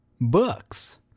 books